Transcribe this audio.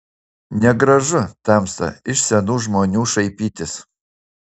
negražu tamsta iš senų žmonių šaipytis